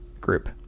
group